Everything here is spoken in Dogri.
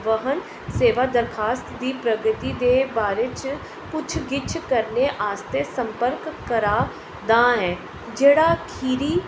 वाह्न सेवा दरखास्त दे बारे च पुच्छ गिछ करने आस्तै संपर्क करा दा ऐ जेह्ड़ा खीरी